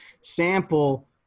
sample